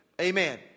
Amen